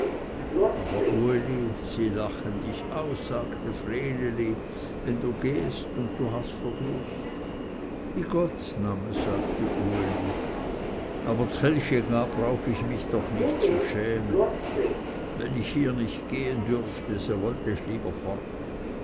aber uli sie lachen dich aus sagte vreneli wenn du gehst und du hast verdruß i gottsname sagte uli aber z'kilche z'gah brauch ich mich doch nicht zu schämen und wenn ich hier nicht gehen dürfte so wollte ich lieber fort